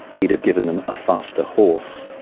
he'd have given them a faster horse.